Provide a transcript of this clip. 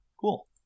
cool